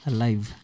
Alive